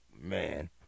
man